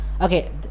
Okay